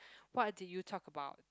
what did you talk about